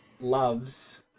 loves